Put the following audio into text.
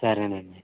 సరేనండి